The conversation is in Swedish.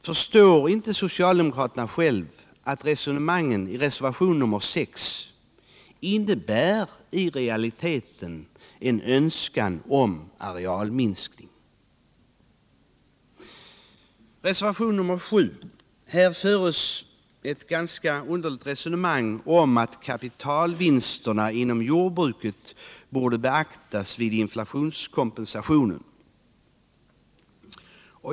Förstår inte socialdemokraterna att resonemangen i reservation 6 i realiteten innebär en önskan om arealminskning? I reservationen 7 förs ett ganska underligt resonemang om att kapitalvinsterna inom jordbruket borde beaktas vid inflationskompensationen.